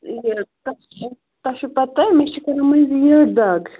یہِ تۄہہِ تۄہہِ چھُو پَتہ مےٚ چھِ کَران مٔنٛزۍ یٔڑ دَگ